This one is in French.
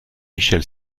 michel